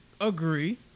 Agree